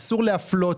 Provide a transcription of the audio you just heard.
אסור להפלות.